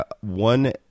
one